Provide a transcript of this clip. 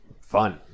fun